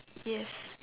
yes